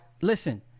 listen